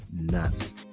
nuts